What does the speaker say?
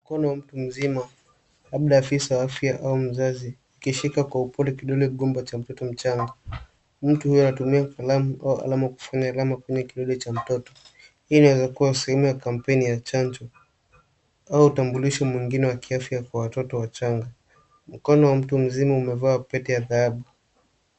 Mkono mtu mzima labda afisa afya au mzazi ukishika kwa upole kidole gumba cha mtoto mchanga ,mtu huyo anatumia kalamu au alama kidole cha mtoto hii inaweza kuwa sehemu ya kampeni ya chanjo au utambulisho mwingine wa kiafya kwa watoto wachanga ,mkono wa mtu mzima amevaa pete ya dhahabu.